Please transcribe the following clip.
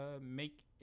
make